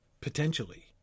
potentially